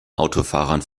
autofahrern